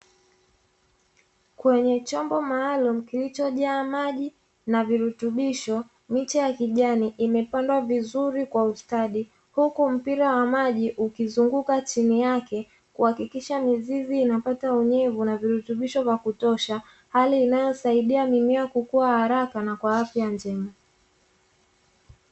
Kwenye chombo maalumu kilichojaa maji na virutubisho, miche ya kijani imepandwa vizuri kwa ustadi huku mpira wa maji ukizunguka chini yake kuhakikisha mizizi inapata unyevu na virutubisho vya kutosha, hali inayosaidia mimea kukua haraka na kwa afya njema.